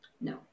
no